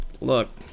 Look